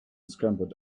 scrambled